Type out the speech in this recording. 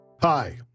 Hi